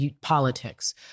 politics